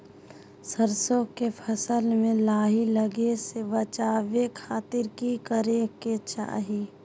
सरसों के फसल में लाही लगे से बचावे खातिर की करे के चाही?